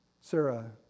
Sarah